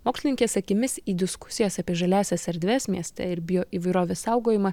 mokslininkės akimis į diskusijas apie žaliąsias erdves mieste ir bioįvairovės saugojimą